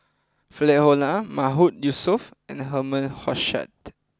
Philip Hoalim Mahmood Yusof and Herman Hochstadt